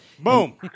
Boom